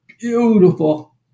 Beautiful